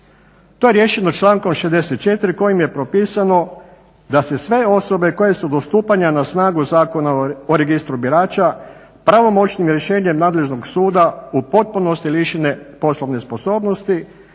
To je riješeno člankom 64. kojim je propisano da se sve osobe koje su do stupanja na snagu Zakona o Registru birača pravomoćnim rješenjem nadležnog suda u potpunosti lišene poslovne sposobnosti